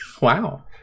Wow